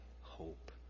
hope